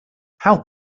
how